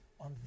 on